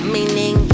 Meaning